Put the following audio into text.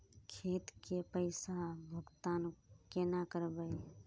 खेत के पैसा भुगतान केना करबे?